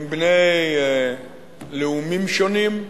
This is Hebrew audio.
עם בני לאומים שונים,